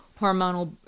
hormonal